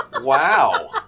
Wow